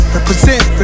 Represent